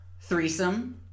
Threesome